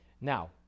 Now